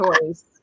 choice